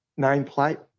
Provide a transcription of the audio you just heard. nameplate